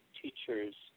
teacher's